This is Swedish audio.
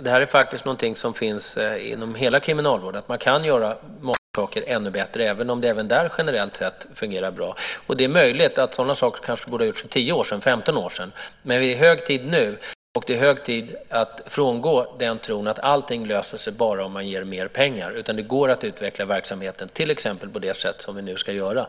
Det här är faktiskt någonting som gäller inom hela kriminalvården, alltså att man kan göra många saker ännu bättre även om det också där generellt sett fungerar bra. Det är möjligt att sådana här saker borde ha gjorts för 10 eller 15 år sedan, men nu är det hög tid. Det är hög tid att frångå tron att allting löser sig bara man ger mera pengar. Det går att utveckla verksamheten till exempel på det sätt som vi nu ska göra.